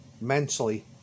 Mentally